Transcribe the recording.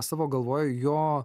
savo galvoj jo